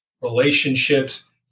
relationships